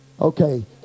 okay